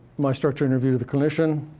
my structured interview to the clinician,